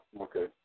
okay